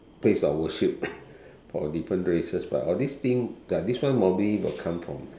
place of worship for different races but all these thing like this one will normally come from